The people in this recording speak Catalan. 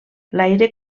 l’aire